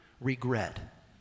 regret